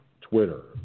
Twitter